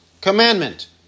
commandment